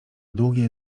długie